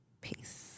Peace